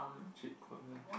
cheat code lah